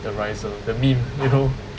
the riser the meme you know